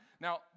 Now